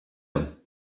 him